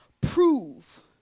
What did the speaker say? prove